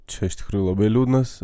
čia iš tikrųjų labai liūdnas